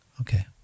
Okay